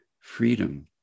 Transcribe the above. freedom